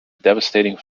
devastating